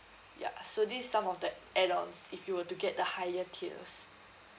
ya so this is some of the add-ons if you were to get the higher tiers